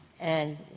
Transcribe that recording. and